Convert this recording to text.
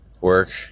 work